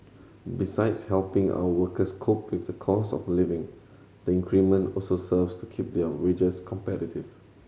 besides helping our workers cope with the cost of living the increment also serves to keep their wages competitive